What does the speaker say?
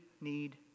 need